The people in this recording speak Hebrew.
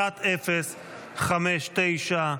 הסתייגות 1059,